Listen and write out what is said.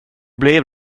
blev